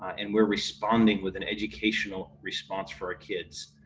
and we're responding with an educational response for ah kids.